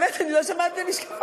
באמת אני לא שומעת בלי משקפיים.